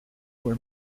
were